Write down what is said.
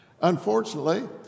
Unfortunately